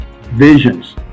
Visions